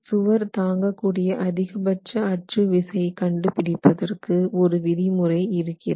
சுவர் தாங்கக்கூடிய அதிகபட்ச அச்சு விசை கண்டுபிடிப்பதற்கு ஒரு விதிமுறை இருக்கிறது